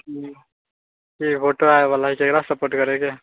vote आबैवला छै ककरा सपोर्ट करैके हइ